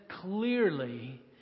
clearly